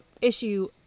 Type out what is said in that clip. issue